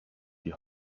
die